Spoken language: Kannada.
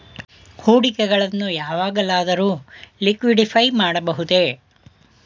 ಹೂಡಿಕೆಗಳನ್ನು ಯಾವಾಗಲಾದರೂ ಲಿಕ್ವಿಡಿಫೈ ಮಾಡಬಹುದೇ?